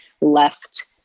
left